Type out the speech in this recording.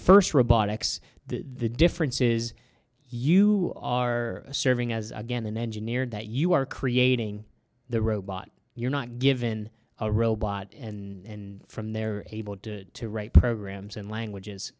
first robotics the difference is you are serving as again in engineering that you are creating the robot you're not given a robot and from there able to write programs and languages